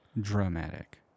dramatic